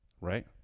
Right